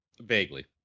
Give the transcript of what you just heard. Vaguely